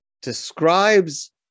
describes